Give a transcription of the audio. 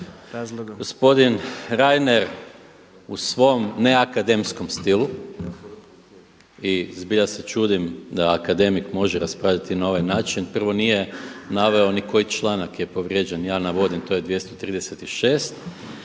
Gospodin Reiner u svom neakademskom stilu i zbilja se čudim da akademik može raspravljati na ovaj način. Prvo nije naveo ni koji članak je povrijeđen, ja navodim to je 236.